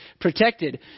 protected